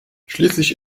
schließlich